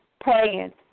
praying